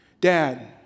Dad